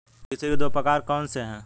कृषि के दो प्रकार कौन से हैं?